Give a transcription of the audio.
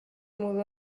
mudó